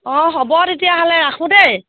অঁ হ'ব তেতিয়াহ'লে ৰাখোঁ দেই